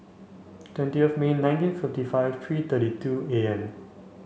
twentieth May nineteen fifty five three thirty two A M